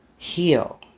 Heal